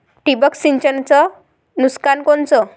ठिबक सिंचनचं नुकसान कोनचं?